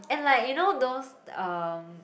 and like you know those um